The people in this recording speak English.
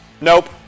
Nope